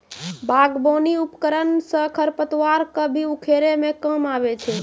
बागबानी उपकरन सँ खरपतवार क भी उखारै म काम आबै छै